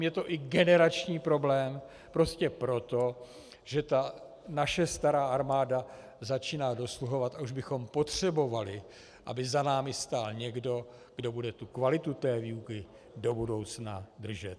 Je to i generační problém prostě proto, že ta naše stará armáda začíná dosluhovat a už bychom potřebovali, aby za námi stál někdo, kdo bude kvalitu té výuky do budoucna držet.